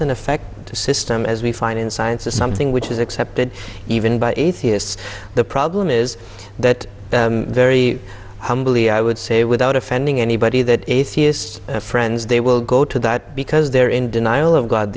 and effect system as we find in science is something which is accepted even by atheists the problem is that very humbly i would say without offending anybody that atheist friends they will go to that because they're in denial of god